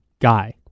guy